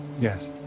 Yes